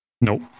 Nope